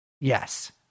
Yes